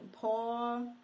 Paul